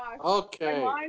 Okay